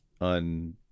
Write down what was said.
on